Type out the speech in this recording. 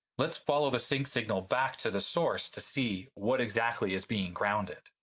let's follow the sync signal back to the source to see what exactly is being grounded.